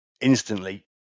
instantly